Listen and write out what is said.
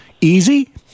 Easy